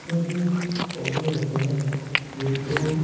क्योंकि पौधे होते हैं जिनको